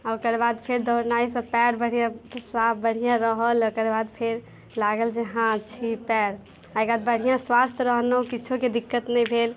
ओकर बाद फेर दौड़नाइसँ पएर बढ़िआँ साफ बढ़िआँ रहल ओकर बाद फेर लागल जे हँ छी पएर ओकर बाद बढ़िआँ स्वस्थ रहलहुँ किछोके दिक्कत नहि भेल